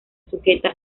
sujeta